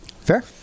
Fair